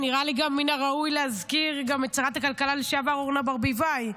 נראה לי שמן הראוי להזכיר גם את שרת הכלכלה לשעבר אורנה ברביבאי.